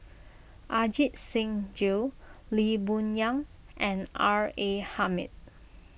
Ajit Singh Gill Lee Boon Yang and R A Hamid